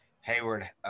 Hayward –